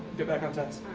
get back on